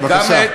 בבקשה.